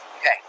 Okay